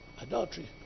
Adultery